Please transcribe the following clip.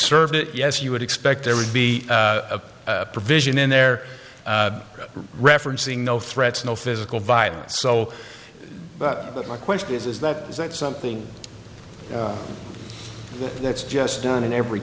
served it yes you would expect there would be a provision in there referencing no threats no physical violence so my question is is that is that something that's just done in every